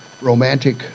romantic